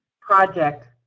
project